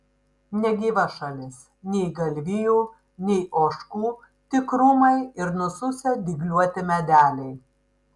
negyva šalis nei galvijų nei ožkų tik krūmai ir nususę dygliuoti medeliai